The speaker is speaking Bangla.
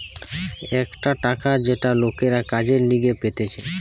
একটা টাকা যেটা লোকরা কাজের লিগে পেতেছে